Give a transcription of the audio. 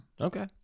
Okay